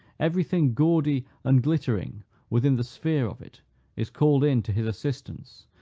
every thing gaudy and glittering within the sphere of it is called in to his assistance,